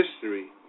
history